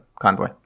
convoy